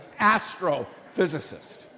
astrophysicist